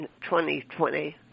2020